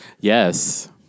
Yes